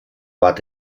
bat